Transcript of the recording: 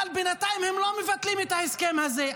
אבל בינתיים הם לא מבטלים את ההסכם הזה,